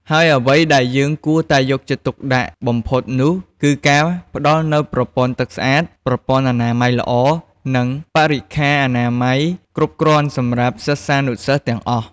ហើយអ្វីដែលយើងគួរតែយកចិត្តទុកដាក់បំផុតនោះគឺការផ្តល់នូវប្រពន្ធ័ទឺកស្អាត ប្រពន្ធ័អនាម័យល្អ និងបរិក្ខារអនាម័យគ្រប់គ្រាន់សម្រាប់សិស្សានុសិស្សទាំងអស់។